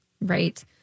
Right